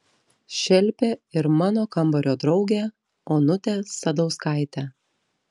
šelpė ir mano kambario draugę onutę sadauskaitę